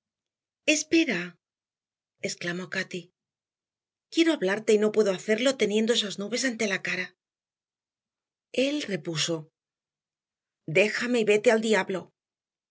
espera exclamó cati quiero hablarte y no puedo hacerlo teniendo esas nubes ante la cara él repuso déjame y vete al diablo